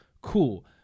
cool